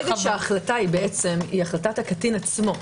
ברגע שההחלטה היא של הקטין עצמו,